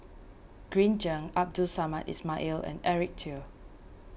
Green Zeng Abdul Samad Ismail and Eric Teo